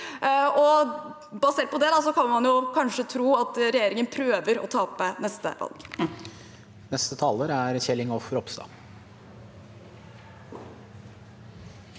Basert på det kan man kanskje tro at regjeringen prøver å tape neste valg.